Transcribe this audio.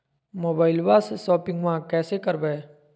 मोबाइलबा से शोपिंग्बा कैसे करबै?